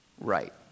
right